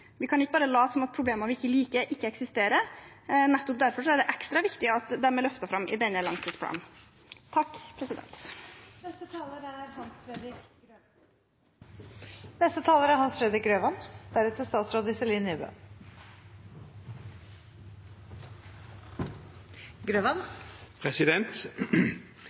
Vi kan ikke bare late som om problemer vi ikke liker, ikke eksisterer. Nettopp derfor er det ekstra viktig at de er løftet fram i denne langtidsplanen.